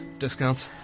discounts?